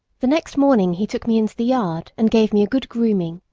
the next morning he took me into the yard and gave me a good grooming,